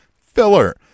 filler